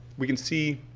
we can see